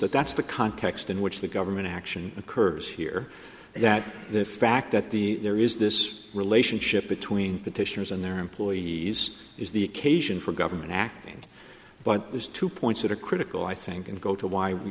that that's the context in which the government action occurs here and that the fact that the there is this relationship between petitioners and their employees is the occasion for government acting but there's two points that are critical i think and go to why we